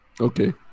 okay